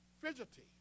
fidgety